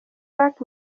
luc